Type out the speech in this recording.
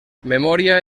memoria